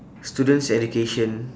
students education